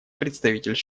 представитель